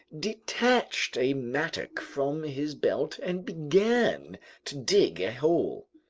detached a mattock from his belt and began to dig a hole.